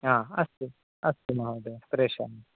आम् अस्तु अस्तु महोदय प्रेषयामि